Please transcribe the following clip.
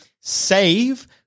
save